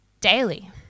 daily